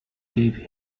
gave